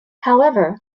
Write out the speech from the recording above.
however